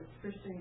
Christian